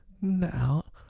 Now